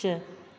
छह